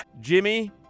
Jimmy